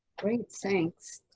great, thanks,